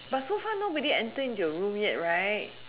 but so far nobody enter into your room yet right